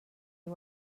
you